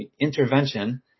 intervention –